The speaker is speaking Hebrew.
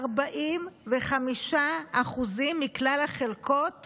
כ-45% מכלל החלקות